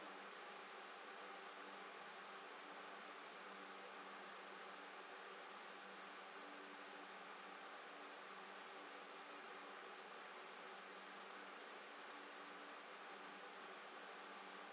on